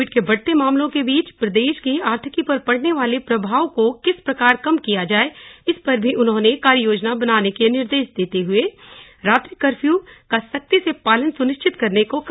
Covid के बढ़ते मामलों के बीच प्रदेश की आर्थिकी पर पड़ने वाले प्रभाव को किस प्रकार कम किया जाये इस पर भी उन्होंने कार्ययोजना बनाने के निर्देश देते हुए रात्रि कर्ष्यू का भी सख्ती से पालन कराने को कहा